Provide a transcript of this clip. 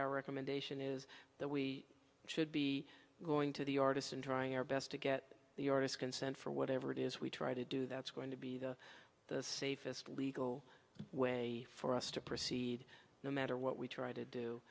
our recommendation is that we should be going to the artists and trying our best to get the artists consent for whatever it is we try to do that's going to be the safest legal way for us to proceed no matter what we try to do